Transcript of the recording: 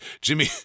Jimmy